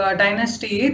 dynasty